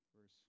Verse